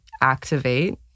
activate